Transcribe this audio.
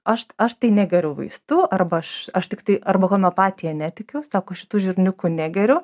aš aš negeriu vaistų arba aš aš tiktai arba homeopatija netikiu sako šitų žirniukų negeriu